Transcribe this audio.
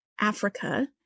Africa